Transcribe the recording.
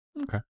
Okay